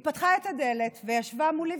היא פתחה את הדלת וישבה מולי,